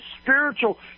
spiritual